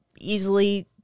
easily